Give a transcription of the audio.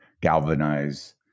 Galvanize